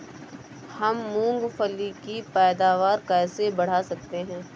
हम मूंगफली की पैदावार कैसे बढ़ा सकते हैं?